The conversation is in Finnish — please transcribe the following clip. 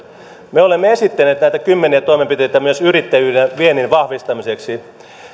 me olemme myös esittäneet näitä kymmeniä toimenpiteitä yrittäjyyden ja viennin vahvistamiseksi